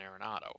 Arenado